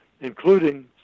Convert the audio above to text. including